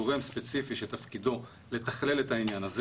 גורם ספציפי שתפקידו לתכלל את העניין הזה.